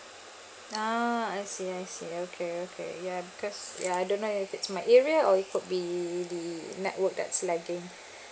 ah I see I see okay okay ya because ya I don't know if it's my area or it could be the network that is lagging